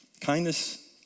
Kindness